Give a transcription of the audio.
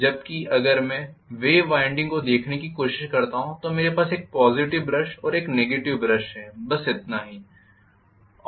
जबकि अगर मैं वेव वाइंडिंग को देखने की कोशिश करता हूं तो मेरे पास एक पॉजिटिव ब्रश और एक नेगेटिव ब्रश है बसइतना ही